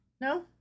No